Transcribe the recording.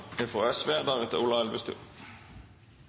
fra Ola Elvestuen